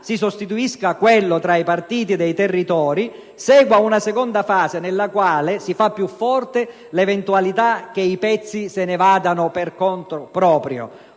si sostituisca quello tra i partiti dei territori, segua una seconda fase nella quale si fa più forte l'eventualità che i pezzi se ne vadano per conto proprio.